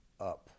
up